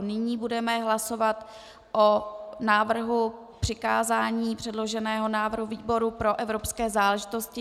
Nyní budeme hlasovat o návrhu přikázat předložený návrh výboru pro evropské záležitosti.